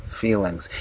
feelings